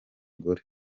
gore